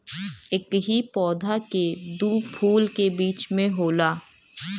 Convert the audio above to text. एकही पौधा के दू फूल के बीच में होला